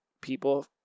people